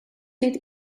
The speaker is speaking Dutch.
zit